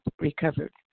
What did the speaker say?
recovered